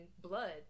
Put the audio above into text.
blood